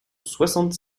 soixante